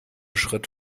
schritt